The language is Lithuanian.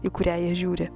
į kurią jie žiūri